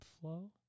flow